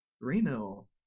Reno